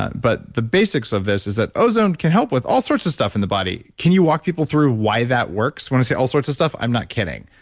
ah but the basics of this is that ozone can help with all sorts of stuff in the body. can you walk people through why that works? when i say all sorts of stuff, i'm not kidding.